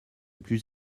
plus